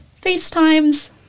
FaceTimes